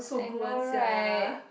I know right